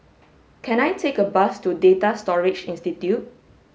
can I take a bus to Data Storage Institute